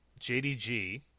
JDG